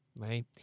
right